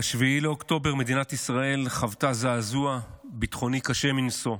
ב-7 באוקטובר מדינת ישראל חוותה זעזוע ביטחוני קשה מנשוא,